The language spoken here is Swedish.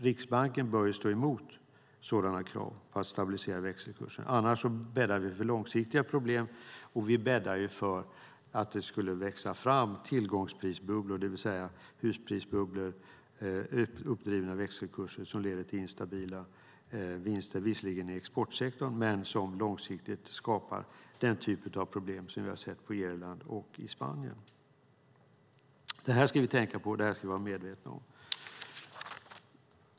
Riksbanken bör stå emot krav på att stabilisera växelkursen, annars bäddar vi för långsiktiga problem. Vi bäddar för att det kan växa fram tillgångsprisbubblor, det vill säga husprisbubblor och uppdrivna växelkurser som leder till instabila vinster, visserligen i exportsektorn, men som långsiktigt skapar problem av den typ som vi har sett på Irland och i Spanien. Det ska vi vara medvetna om.